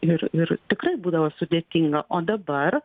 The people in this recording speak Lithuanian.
ir ir tikrai būdavo sudėtinga o dabar